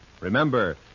Remember